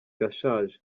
irashaje